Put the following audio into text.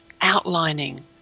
outlining